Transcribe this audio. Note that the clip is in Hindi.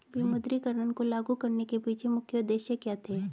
विमुद्रीकरण को लागू करने के पीछे मुख्य उद्देश्य क्या थे?